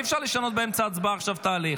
אי-אפשר לשנות באמצע הצבעה את ההליך.